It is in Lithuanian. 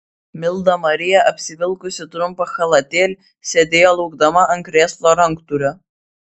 milda marija apsivilkusi trumpą chalatėlį sėdėjo laukdama ant krėslo ranktūrio